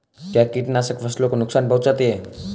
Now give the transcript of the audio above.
क्या कीटनाशक फसलों को नुकसान पहुँचाते हैं?